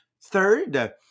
third